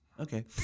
Okay